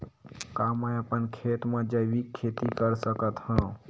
का मैं अपन खेत म जैविक खेती कर सकत हंव?